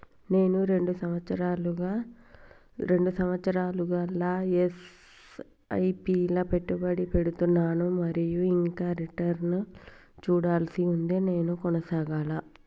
నేను రెండు సంవత్సరాలుగా ల ఎస్.ఐ.పి లా పెట్టుబడి పెడుతున్నాను మరియు ఇంకా రిటర్న్ లు చూడాల్సి ఉంది నేను కొనసాగాలా?